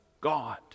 God